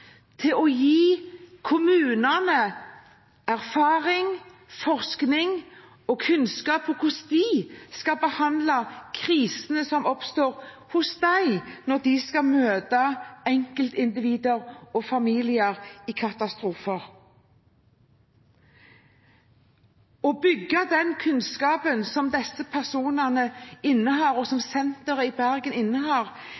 til å gi kommunene erfaring, forskning og kunnskap om hvordan de skal behandle krisene som oppstår hos dem, når de skal møte enkeltindivider og familier i katastrofer. Å bygge den kunnskapen som disse personene innehar, og som senteret i Bergen innehar,